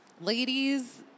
ladies